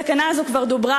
על הסכנה הזאת כבר דובר,